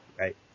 Right